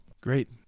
Great